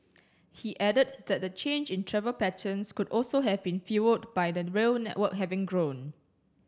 he added that the change in travel patterns could also have been fuelled by the rail network having grown